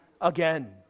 again